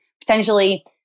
potentially